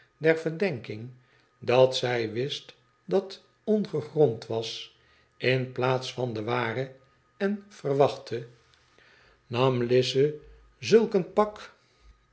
der verdenking dat zij wist dat ongegrond was in plaats van de ware en verwachte nam lize zulk een pak